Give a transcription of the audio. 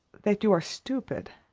that you are stupid.